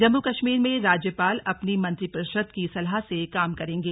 जम्मू कश्मीर में राज्यपाल अपनी मंत्रिपरिषद की सलाह से काम करेंगे